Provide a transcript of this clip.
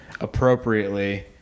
appropriately